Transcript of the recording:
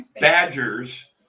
Badgers